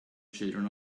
children